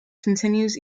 continues